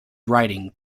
writing